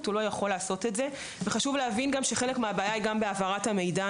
הוא לא יכול לעשות את זה וחשוב להבין שחלק מהבעיה היא בהעברת המידע,